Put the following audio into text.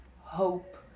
hope